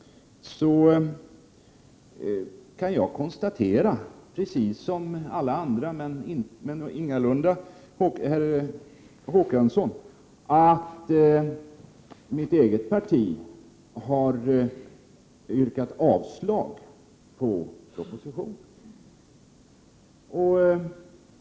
Precis som alla andra, men ingalunda Per Olof Håkansson, kan jag konstatera att mitt eget parti har yrkat avslag på propositionen.